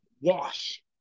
wash